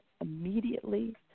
immediately